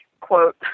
quote